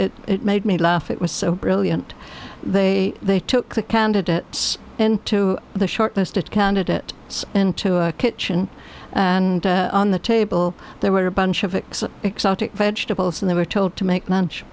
made me laugh it was so brilliant they they took the candidates into the shortlist it counted it into a kitchen and on the table there were a bunch of exotic vegetables and they were told to make lunch